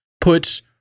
puts